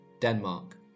Denmark